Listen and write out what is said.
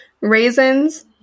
raisins